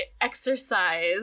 exercise